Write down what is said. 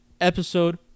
episode